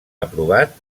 aprovat